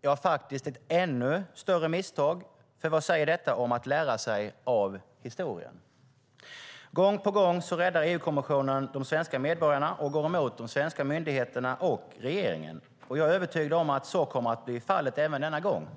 ja faktiskt ett ännu större misstag. Vad säger detta om att lära sig av historien? Gång på gång räddar EU-kommissionen de svenska medborgarna och går emot de svenska myndigheterna och regeringen. Jag är övertygad om att så kommer att bli fallet även denna gång.